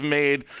made